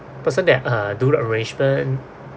person that uh do the arrangement